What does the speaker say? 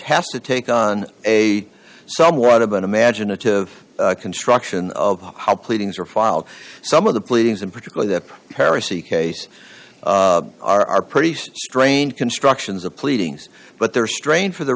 has to take on a somewhat of an imaginative construction of how pleadings are filed some of the pleadings in particular that heresy case are pretty strange constructions of pleadings but they're strained for the